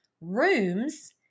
rooms